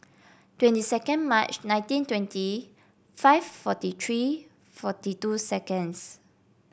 twenty second March nineteen twenty five forty three forty two seconds